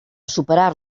superar